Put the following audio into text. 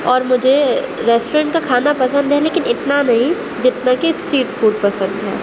اور مجھے ریسٹورینٹ کا کھانا پسند ہے لیکن اتنا نہیں جتنا کہ اسٹیریٹ فوڈ پسند ہے